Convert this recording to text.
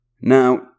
Now